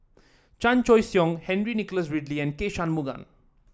Chan Choy Siong Henry Nicholas Ridley and K Shanmugam